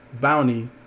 bounty